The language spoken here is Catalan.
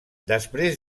després